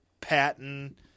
Patton